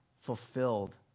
fulfilled